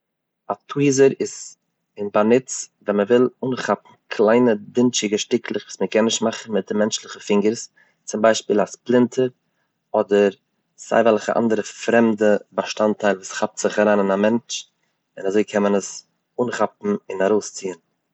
א טוויזער איז אין באנוץ ווען מען וויל אנכאפן קליינער דינטשיגע שטיקלעך וואס מען קען נישט מאכן מיט די מענטשליכע פינגערס, צום ביישפיל א ספלינטער, אדער סיי וועלכע אנדערע פרעמדע באשטאנדטיילן וואס כאפט זיך אריין אין א מענטש און אזוי קען מען עס אנכאפן און ארויסציען.